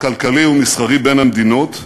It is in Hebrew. כלכלי ומסחרי בין המדינות,